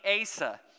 Asa